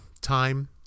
time